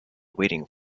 waiting